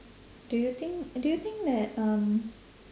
do you think do you think that um